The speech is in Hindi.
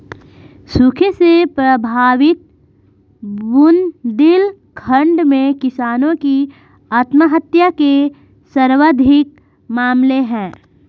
सूखे से प्रभावित बुंदेलखंड में किसानों की आत्महत्या के सर्वाधिक मामले है